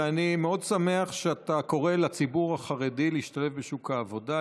ואני מאוד שמח שאתה קורא לציבור החרדי להשתלב בשוק העבודה,